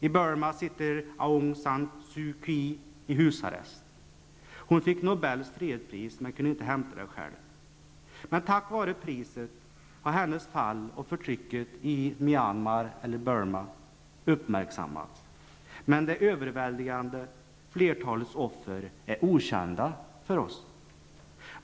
I Burma sitter Aung San Suu Kyi i husarrest. Hon fick Nobels fredspris men kunde inte hämta det själv. Men tack vare priset har hennes fall och förtrycket i Myanmar, eller Burma, uppmärksammats. Det överväldigande flertalet offer är emellertid okända för oss.